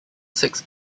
six